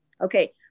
Okay